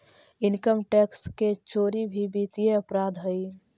income tax के चोरी भी वित्तीय अपराध हइ